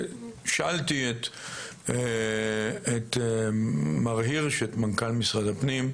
שאלתי את מר הירש, את מנכ"ל משרד הפנים,